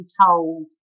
told